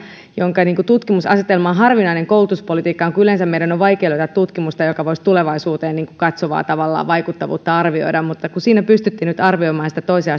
jonka tutkimusasetelma on harvinainen koulutuspolitiikassa yleensä meidän on vaikea löytää tutkimusta joka voisi tavallaan tulevaisuuteen katsovaa vaikuttavuutta arvioida mutta siinä pystyttiin nyt arvioimaan sitä toisen